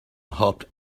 hopped